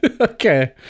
okay